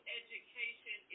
education